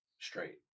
straight